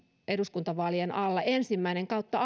eduskuntavaalien alla ensimmäisessä kautta